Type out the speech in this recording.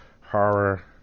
horror